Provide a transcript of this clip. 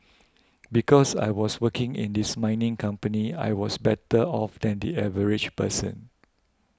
because I was working in this mining company I was better off than the average person